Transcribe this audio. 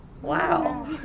Wow